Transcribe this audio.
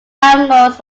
angles